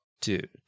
Dude